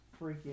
freaking